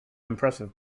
impressive